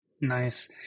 Nice